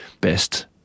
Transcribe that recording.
best